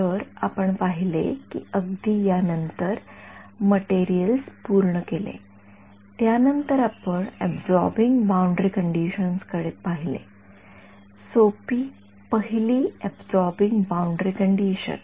तर आपण पाहिले की अगदी यानंतर मटेरिअल्स पूर्ण केले त्यानंतर आपण अबसॉरबिन्ग बाउंडरी कंडिशन्स कडे पाहिले सोपी पहिली ऑर्डर अबसॉरबिन्ग बाउंडरी कंडिशन